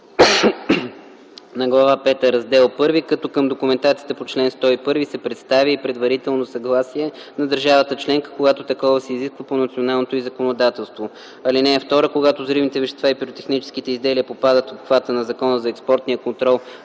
на Глава пета, раздел I, като към документацията по чл. 101 се представя и предварителното съгласие на държавата членка, когато такова се изисква по националното й законодателство. (2) Когато взривните вещества и пиротехническите изделия попадат в обхвата на Закона за експортния контрол